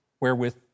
wherewith